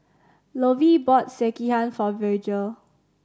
Lovie bought Sekihan for Virgel